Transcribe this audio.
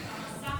נתקבלה.